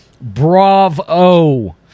Bravo